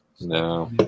No